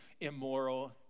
immoral